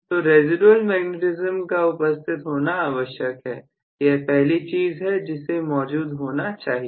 तो residual magnetism का उपस्थित होना आवश्यक है यह पहली चीज है जिसे मौजूद होना चाहिए